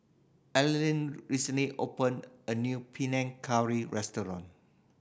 Earlene recently opened a new Panang Curry restaurant